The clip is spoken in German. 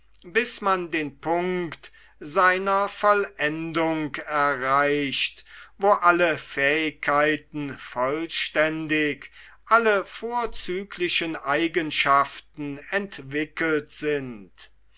bis man den punkt seiner vollendung erreicht wo alle fähigkeiten vollständig alle vorzüglichen eigenschaften entwickelt sind